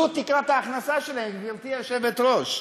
זו תקרת ההכנסה שלהם, גברתי היושבת-ראש.